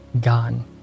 gone